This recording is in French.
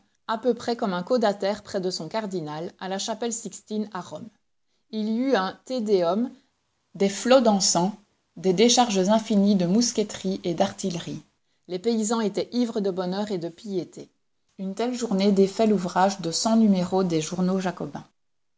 à peu près comme un caudataire près de son cardinal à la chapelle sixtine à rome il y eut un te deum des flots d'encens des décharges infinies de mousqueterie et d'artillerie les paysans étaient ivres de bonheur et de piété une telle journée défait l'ouvrage de cent numéros des journaux jacobins